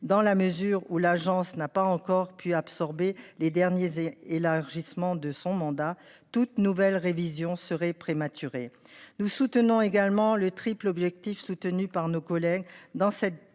dans la mesure où l'agence n'a pas encore pu absorber les derniers et élargissement de son mandat. Toute nouvelle révision serait prématurée. Nous soutenons également le triple objectif soutenu par nos collègues dans cette proposition